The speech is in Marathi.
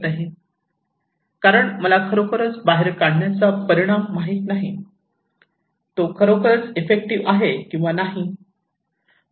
कारण मला खरोखरच बाहेर काढण्याचा परिणाम माहित नाही तो खरोखर ईफेक्टिव्ह आहे किंवा नाही